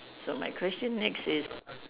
so my question next is